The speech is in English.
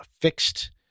fixed-